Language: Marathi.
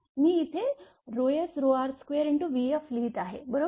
मी इथे sr2vf लिहित आहे बरोबर